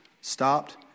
stopped